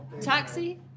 Taxi